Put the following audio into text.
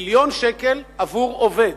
מיליון שקל עבור עובד.